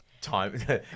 Time